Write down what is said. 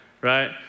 Right